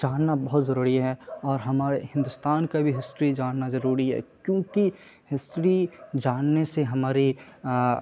جاننا بہت ضروری ہے اور ہمارے ہندوستان کا بھی ہسٹری جاننا ضروری ہے کیونکہ ہسٹڑی جاننے سے ہمارے